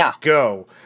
go